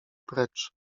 precz